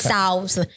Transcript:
South